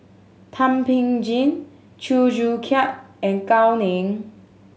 Thum Ping Tjin Chew Joo Chiat and Gao Ning